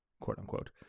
quote-unquote